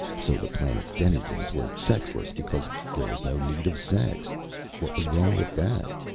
so the planet's denizens were sexless because there was no need of sex what was wrong with that?